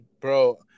Bro